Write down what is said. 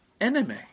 enemy